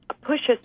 pushes